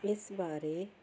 ਇਸ ਬਾਰੇ